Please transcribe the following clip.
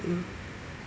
mm